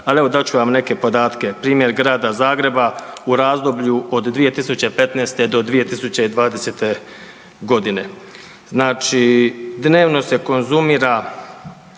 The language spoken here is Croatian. Ali evo dat ću vam neke podatke primjer Grada Zagreba u razdoblju od 2015. do 2020. godine. Znači dnevno se konzumira